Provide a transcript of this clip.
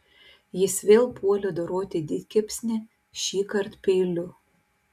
jis vėl puolė doroti didkepsnį šįkart peiliu